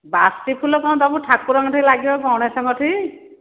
ବାସି ଫୁଲ କଣ ତମ ଠାକୁରଙ୍କ ଠରେ ଲାଗିବ ଗଣେଶଙ୍କ ଠାରେ